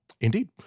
Indeed